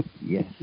Yes